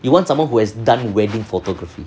you want someone who has done wedding photography